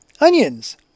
onions